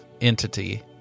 entity